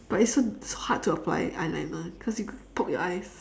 but it's so hard to apply eyeliner cause it could poke your eyes